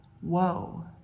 whoa